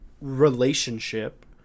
relationship